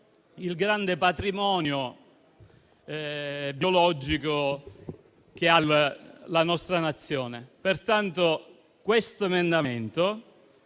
il grande patrimonio biologico della nostra Nazione. Pertanto, questo emendamento